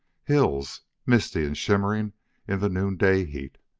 hills, misty and shimmering in the noonday heat.